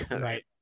Right